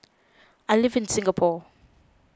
I live in Singapore